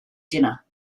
dinner